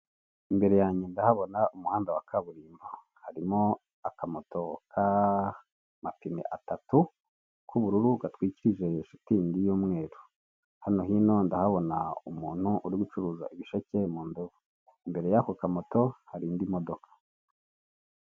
Imbere yange ndahabona umuhanda wa kaburimbo harimo akamoto k'amapine atatu k'ubururu gatwikirije shitingi y'umweru, hano hino ndahabona umuntu uri gucuruza ibisheke mu ndobo, imbere y'ako kamoto hari indi modoka.